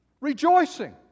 rejoicing